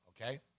Okay